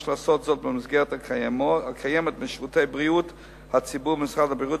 יש לעשות זאת במסגרת הקיימת בשירותי בריאות הציבור במשרד הבריאות,